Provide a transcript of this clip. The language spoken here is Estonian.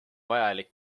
vajalik